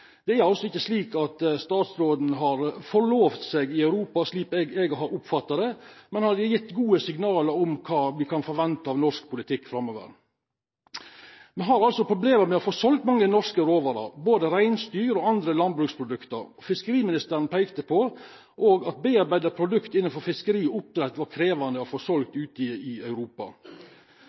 altså ikke slik at statsråden har forlovt seg i Europa, slik jeg har oppfattet det, men har gitt gode signaler om hva vi kan forvente av norsk politikk framover. Vi har problemer med å få solgt mange norske råvarer, både reinsdyrprodukter og andre landbruksprodukter. Fiskeriministeren pekte også på at bearbeidede produkter innenfor fiskeri og oppdrett var krevende å få solgt ute i Europa.